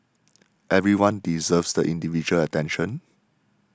everyone deserves the individual attention